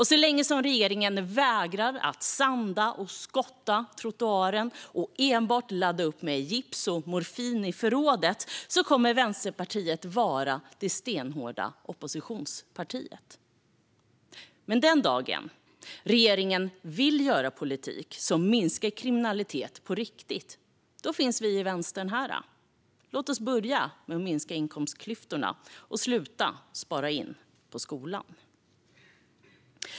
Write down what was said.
Så länge som regeringen vägrar att sanda och skotta trottoaren och enbart laddar upp med gips och morfin i förrådet kommer Vänsterpartiet att vara det stenhårda oppositionspartiet. Men den dagen då regeringen vill driva politik som minskar kriminalitet på riktigt finns vi i Vänstern här. Låt oss börja med att minska inkomstklyftorna och sluta spara in på skolan!